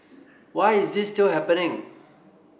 why is this still happening